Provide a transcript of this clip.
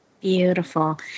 Beautiful